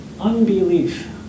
unbelief